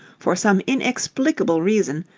for some inexplicable reason,